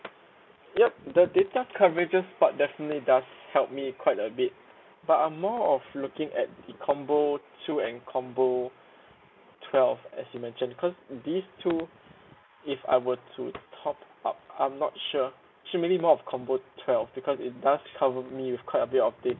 yup the data coverages part definitely does help me quite a bit but I'm more of looking at the combo two and combo twelve as you mentioned cause these two if I were to top up I'm not sure K maybe more of combo twelve because it does cover me with quite a bit of data